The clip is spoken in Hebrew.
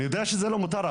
אני יודע שזה לא מותר,